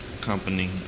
company